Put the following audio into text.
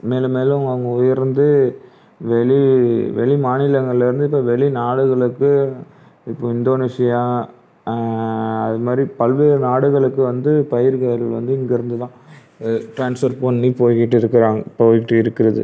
மேலும் மேலும் அவங்க உயர்ந்து வெளி வெளிமாநிலங்களிருந்து இப்போது வெளிநாடுகளுக்கு இப்போது இந்தோனேஷியா அதுமாதிரி பல்வேறு நாடுகளுக்கு வந்து பயிர்கள் வந்து இங்கேருந்து தான் ட்ரான்ஸ்வர் பண்ணி போய்கிட்டு இருக்கிறாங்க போய்கிட்டு இருக்கிறது